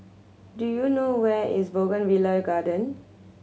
do you know where is Bougainvillea Garden